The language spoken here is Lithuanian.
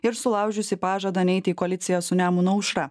ir sulaužiusi pažadą neiti į koaliciją su nemuno aušra